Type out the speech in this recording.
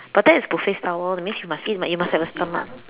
but that is buffet style orh that means you must eat you must have a stomach